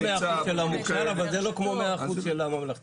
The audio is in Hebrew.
זה לא 100% של הממלכתי.